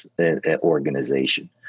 organization